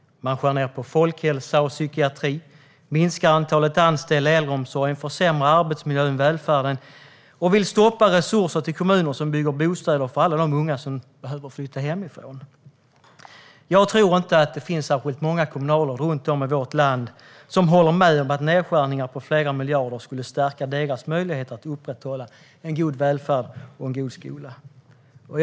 Man skär ned på folkhälsa och psykiatri, minskar antalet anställda i äldreomsorgen, försämrar arbetsmiljön i välfärden och vill stoppa resurser till kommuner som bygger bostäder för alla de unga som behöver flytta hemifrån. Jag tror inte att det finns särskilt många kommunalråd runt om i vårt land som håller med om att nedskärningar på flera miljarder skulle stärka deras möjligheter att upprätthålla en god välfärd och en god skola.